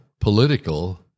political